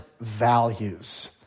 values